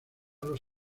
los